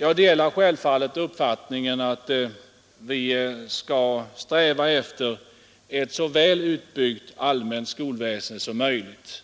Jag delar självfallet uppfattningen att vi skall sträva efter ett så väl utbyggt allmänt skolväsende som möjligt